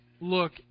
look